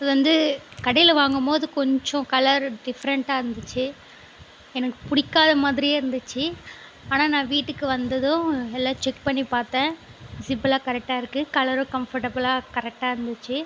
வந்து கடையில் வாங்கும் போது கொஞ்சம் கலர் டிஃப்ரெண்ட்டாக இருந்துச்சு எனக்கு பிடிக்காத மாதிரியே இருந்துச்சு ஆனால் நான் வீட்டுக்கு வந்ததும் எல்லாம் செக் பண்ணி பார்த்தேன் ஜிப்பெலாம் கரெக்ட்டாக இருக்குது கலரும் கம்ஃபர்ட்டபிளாக கரெக்டாக இருந்துச்சு